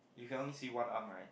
you can only see one arm right